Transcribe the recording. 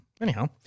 Anyhow